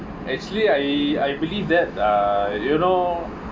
actually I I believe that uh do you know